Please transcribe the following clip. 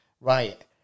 Right